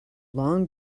long